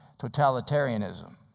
totalitarianism